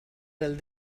del